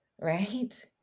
Right